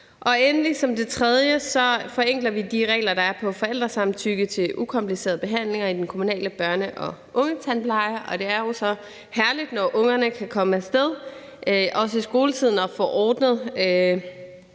tredje forenkler vi de regler, der er på forældresamtykke til ukomplicerede behandlinger i den kommunale børne- og ungetandpleje. Det er jo så herligt, når ungerne kan komme af sted, også i skoletiden, og få ordnet